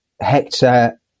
Hector